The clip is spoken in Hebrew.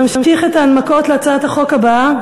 נמשיך את ההנמקות של הצעת החוק הבאה,